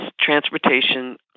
transportation